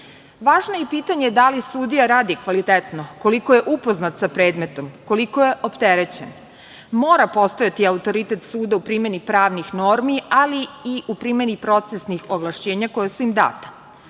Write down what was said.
je i pitanje da li sudija radi kvalitetno, koliko je upoznat sa predmetom, koliko je opterećen. Mora postojati autoritet suda u primeni pravnih normi, ali i u primeni procesnih ovlašćenja koja su im data. Opšti